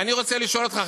אני רוצה לשאול אותך,